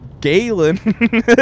Galen